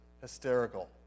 hysterical